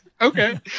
okay